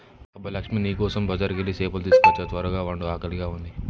అబ్బ లక్ష్మీ నీ కోసం బజారుకెళ్ళి సేపలు తీసుకోచ్చా త్వరగ వండు ఆకలిగా ఉంది